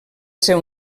ser